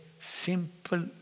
simple